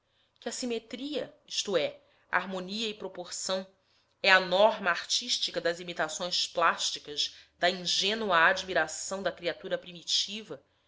que a simetria isto é harmonia e proporção é a norma artística das imitações plásticas da ingênua admiração da criatura primitiva